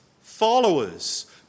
followers